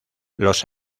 los